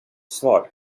svar